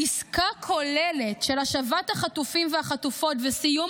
עסקה כוללת של השבת החטופים והחטופות וסיום